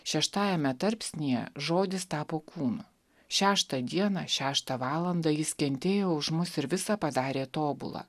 šeštajame tarpsnyje žodis tapo kūnu šeštą dieną šeštą valandą jis kentėjo už mus ir visa padarė tobula